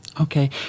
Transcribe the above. Okay